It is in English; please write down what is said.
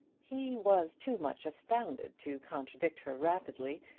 he was too much astounded to contradict her rapidly,